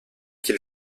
qu’il